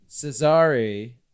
Cesare